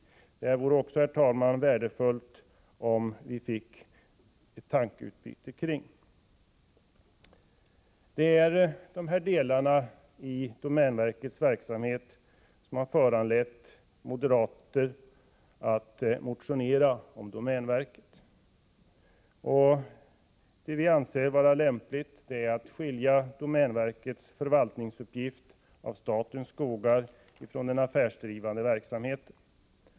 Det vore, herr talman, värdefullt om vi också fick ett tankeutbyte kring detta spörsmål. Det är dessa delar i domänverkets verksamhet som har föranlett oss moderater att motioner om domänverket. Vad vi anser vara lämpligt är att skilja domänverkets förvaltningsuppgifter av statens skogar från den affärsdrivande verksamheten.